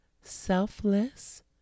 selfless